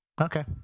Okay